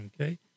Okay